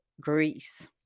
greece